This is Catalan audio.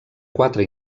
quatre